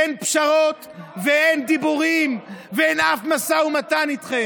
אין פשרות ואין דיבורים, בקרוב חוזר לפה.